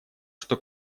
что